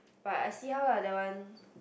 but I see how lah that one